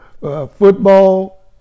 Football